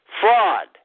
Fraud